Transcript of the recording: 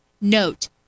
Note